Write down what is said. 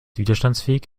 widerstandsfähig